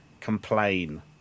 complain